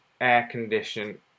air-condition